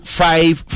five